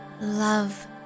love